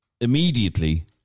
immediately